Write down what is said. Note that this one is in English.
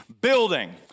building